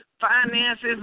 finances